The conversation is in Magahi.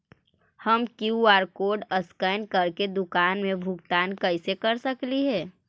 हम कियु.आर कोड स्कैन करके दुकान में भुगतान कैसे कर सकली हे?